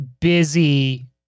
busy